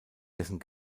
dessen